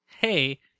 hey